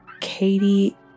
Katie